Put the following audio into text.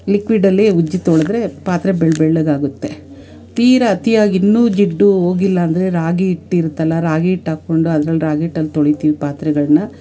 ಲಿಕ್ವಿಡಲ್ಲೇ ಉಜ್ಜಿ ತೊಳೆದ್ರೆ ಪಾತ್ರೆ ಬೆಳ್ಳ ಬೆಳ್ಳಗಾಗುತ್ತೆ ತೀರ ಅತಿಯಾಗಿ ಇನ್ನೂ ಜಿಡ್ಡು ಹೋಗಿಲ್ಲಾಂದ್ರೆ ರಾಗಿ ಹಿಟ್ಟಿರುತಲ್ಲ ರಾಗಿ ಹಿಟ್ಟು ಹಾಕ್ಕೊಂಡು ಅದ್ರಲ್ಲಿ ರಾಗಿ ಹಿಟ್ಟಲ್ಲಿ ತೊಳಿತೀವಿ ಪಾತ್ರೆಗಳನ್ನ